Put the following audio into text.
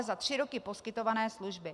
za tři roky poskytované služby.